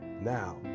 now